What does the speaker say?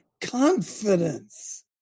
confidence